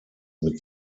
mit